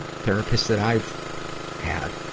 therapists that i've had,